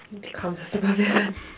becomes a super villain